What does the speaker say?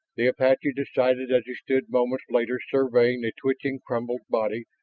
the apache decided as he stood moments later surveying the twitching crumpled body,